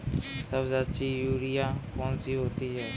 सबसे अच्छी यूरिया कौन सी होती है?